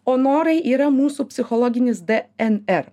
o norai yra mūsų psichologinis dnr